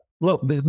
Look